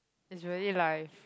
is really life